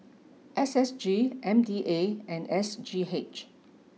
S S G M D A and S G H